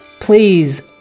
Please